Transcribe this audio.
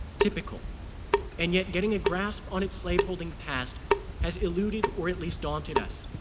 typical and yet getting a grasp on its slave holding past has eluded or at least daunted us.